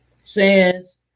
Says